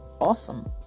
awesome